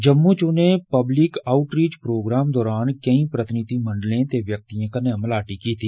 जम्मू च नें public outreach programme दरान केई प्रतिनिधिमंडलें ते व्यक्तिएं कन्नै मलाटी कीती